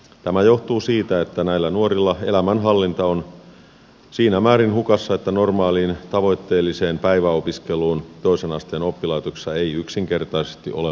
tämä johtuu siitä että näillä nuorilla elämänhallinta on siinä määrin hukassa että normaaliin tavoitteelliseen päiväopiskeluun toisen asteen oppilaitoksessa ei yksinkertaisesti ole valmiuksia